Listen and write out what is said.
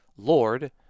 Lord